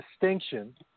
distinction